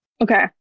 Okay